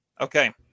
okay